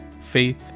Faith